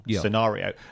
scenario